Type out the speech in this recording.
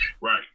right